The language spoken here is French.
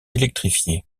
électrifiée